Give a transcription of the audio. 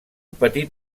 petit